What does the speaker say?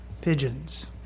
pigeons